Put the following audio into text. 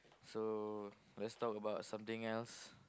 so lets talk about something else